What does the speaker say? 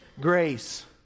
grace